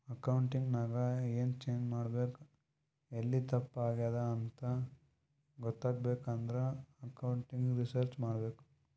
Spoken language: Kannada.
ಅಕೌಂಟಿಂಗ್ ನಾಗ್ ಎನ್ ಚೇಂಜ್ ಮಾಡ್ಬೇಕ್ ಎಲ್ಲಿ ತಪ್ಪ ಆಗ್ಯಾದ್ ಅಂತ ಗೊತ್ತಾಗ್ಬೇಕ ಅಂದುರ್ ಅಕೌಂಟಿಂಗ್ ರಿಸರ್ಚ್ ಮಾಡ್ಬೇಕ್